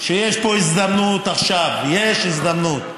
שיש פה הזדמנות עכשיו, יש הזדמנות,